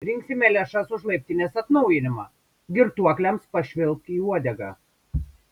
rinksime lėšas už laiptinės atnaujinimą girtuokliams pašvilpk į uodegą